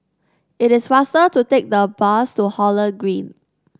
it is faster to take the bus to Holland Green